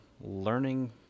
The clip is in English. learning